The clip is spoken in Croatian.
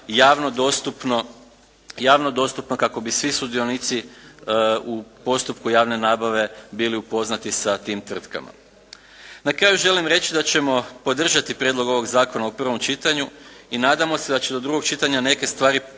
javno dostupno kako bi svi sudionici u postupku javne nabave bili upoznati sa tim tvrtkama. Na kraju želim reći da ćemo podržati prijedlog ovog zakona u prvom čitanju i nadamo se da će do drugog čitanja druge stvari, da